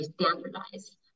standardized